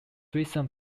recent